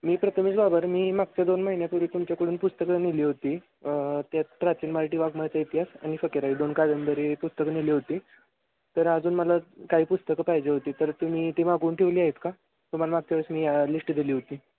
मी प्रथमेश बाबर मी मागच्या दोन महिन्यापूर्वी तुमच्याकडून पुस्तकं नेली होती त्यात प्राचीन मराठी वाङमयाचा इतिहास आणि फकिरा ही दोन कादंबरी पुस्तकं नेली होती तर अजून मला काही पुस्तकं पाहिजे होती तर तुम्ही ती मागून ठेवली आहेत का तुम्हाला मागच्या वेळेस मी या लिस्ट दिली होती